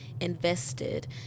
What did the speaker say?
invested